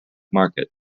market